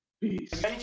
Peace